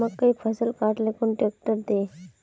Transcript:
मकईर फसल काट ले कुन ट्रेक्टर दे?